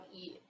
eat